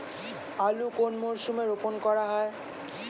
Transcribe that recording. আলু কোন মরশুমে রোপণ করা হয়?